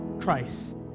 Christ